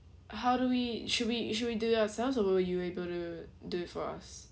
how do we should we should we do it ourselves or would you able to do it for us